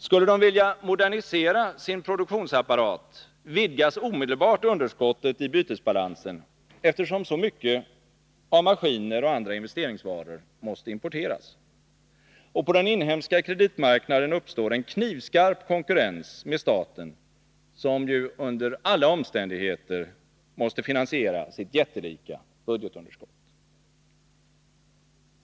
Skulle de vilja modernisera sin produktionsapparat vidgas omedelbart underskottet i bytesbalansen, eftersom så mycket av maskiner och andra investeringsvaror måste importeras. Och på den inhemska kreditmarknaden uppstår en knivskarp konkurrens med staten, som ju under alla omständigheter måste finansiera sitt jättelika budgetunderskott.